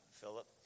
Philip